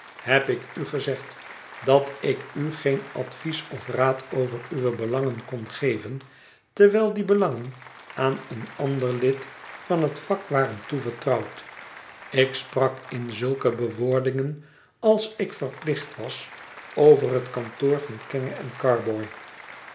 heb ik u gezegd dat ik u geen advies of raad over uwé belangen kon geven terwijl die belangen aan een ander lid van het vak waren toevertrouwd ik sprak in zulke bewoordingen als ik verplicht was over het kantoor van kenge en carboy